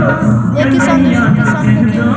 एक किसान दूसरे किसान से क्यों सहायता लेता है?